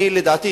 לדעתי,